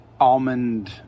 almond